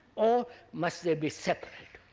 or must they be separate,